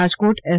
Rajkot S